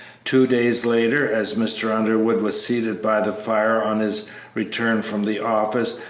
two days later, as mr. underwood was seated by the fire on his return from the office,